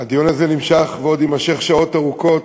הדיון הזה נמשך, ועוד יימשך שעות ארוכות,